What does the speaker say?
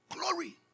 Glory